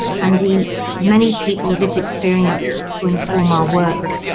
and the many people with lived experience who inform our work.